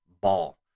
ball